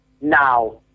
Now